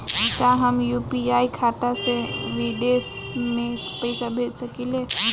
का हम यू.पी.आई खाता से विदेश म पईसा भेज सकिला?